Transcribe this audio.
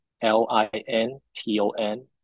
L-I-N-T-O-N